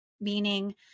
meaning